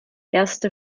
erste